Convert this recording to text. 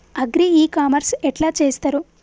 Agri e commerce ఎట్ల చేస్తరు?